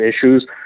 issues